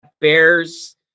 bears